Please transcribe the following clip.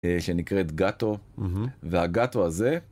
שנקראת גאטו, והגאטו הזה.